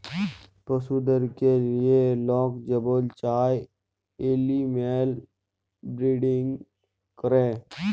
পশুদেরকে লিঁয়ে লক যেমল চায় এলিম্যাল বিরডিং ক্যরে